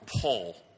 Paul